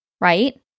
right